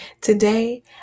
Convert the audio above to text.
Today